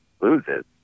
loses